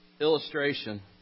illustration